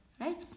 right